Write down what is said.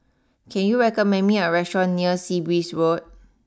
can you recommend me a restaurant near Sea Breeze Road